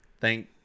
Thank